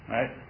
Right